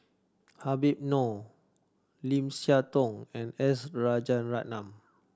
Habib Noh Lim Siah Tong and S Rajaratnam